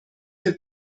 für